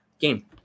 game